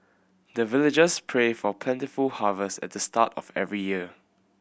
the villagers pray for plentiful harvest at the start of every year